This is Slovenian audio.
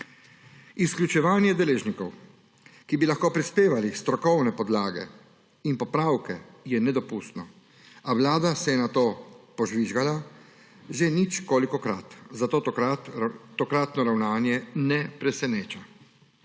Izključevanje deležnikov, ki bi lahko prispevali strokovne podlage in popravke, je nedopustno, a vlada se je na to požvižgala že ničkolikokrat, zato tokratno ravnanje ne preseneča.